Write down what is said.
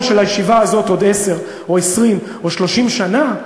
של הישיבה הזאת עוד עשר או 20 או 30 שנה,